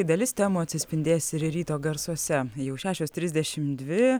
dalis temų atsispindės ir ryto garsuose jau šešios trisdešim dvi